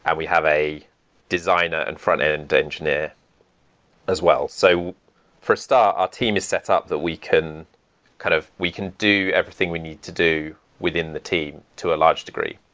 and we have a designer and frontend and engineer as well. so for start, our team is setup that we can kind of we can do everything we need to do within the team to a large degree.